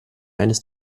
eines